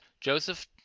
Joseph